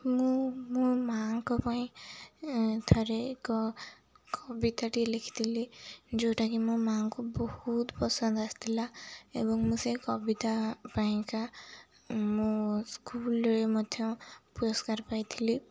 ମୁଁ ମୋ ମାଆଙ୍କ ପାଇଁ ଥରେ ଏକ କବିତାଟି ଲେଖିଥିଲି ଯେଉଁଟାକି ମୋ ମାଆଙ୍କୁ ବହୁତ ପସନ୍ଦ ଆସିଥିଲା ଏବଂ ମୁଁ ସେ କବିତା ପାଇଁକା ମୁଁ ସ୍କୁଲ୍ରେ ମଧ୍ୟ ପୁରସ୍କାର ପାଇଥିଲି